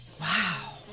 Wow